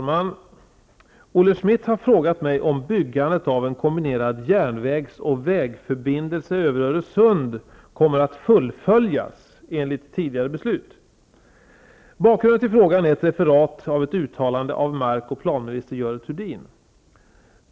Herr talman! Olle Schmidt har frågat mig om byggandet av en kombinerad järnvägs och vägförbindelse över Öresund kommer att fullföljas enligt tidigare beslut. Bakgrunden till frågan är ett referat av ett uttalande av mark och planminister Görel Thurdin.